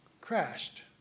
crashed